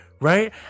Right